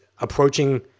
approaching